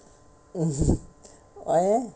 why leh